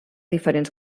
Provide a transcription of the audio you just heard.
diferents